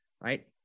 right